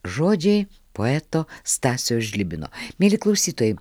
žodžiai poeto stasio žlibino mieli klausytojai